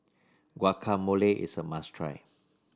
guacamole is a must try